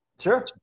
Sure